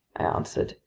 i answered,